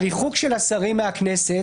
הריחוק של השרים מהכנסת,